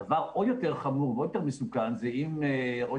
דבר עוד יותר חמור ועוד יותר מסוכן זה אם ראש